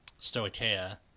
Stoicaea